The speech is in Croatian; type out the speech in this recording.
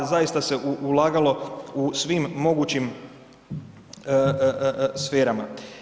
Zaista se ulagalo u svim mogućim sferama.